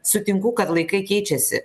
sutinku kad laikai keičiasi